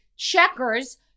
checkers